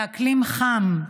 באקלים חם.